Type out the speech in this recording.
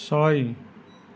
ছয়